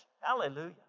Hallelujah